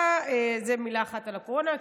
זו מילת אחת על הקורונה,